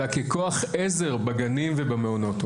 אלא ככוח-עזר בגנים ובמעונות.